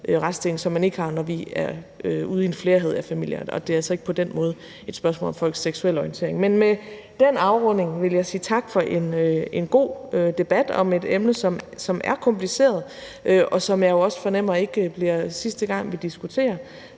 man ikke har, når vi er ude i en flerhed af familier. Det er altså ikke på den måde et spørgsmål om folks seksuelle orientering. Men med den afrunding vil jeg sige tak for en god debat om et emne, som er kompliceret, og som jeg jo også fornemmer det ikke bliver sidste gang vi diskuterer.